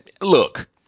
look